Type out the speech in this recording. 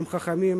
הם חכמים,